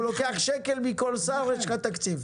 אם הוא לוקח שקל מכול שר יש לך תקציב.